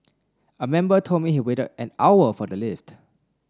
a member told me he waited an hour for the lift